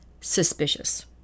suspicious